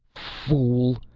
fool!